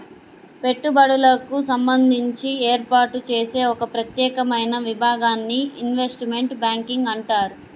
పెట్టుబడులకు సంబంధించి ఏర్పాటు చేసే ఒక ప్రత్యేకమైన విభాగాన్ని ఇన్వెస్ట్మెంట్ బ్యాంకింగ్ అంటారు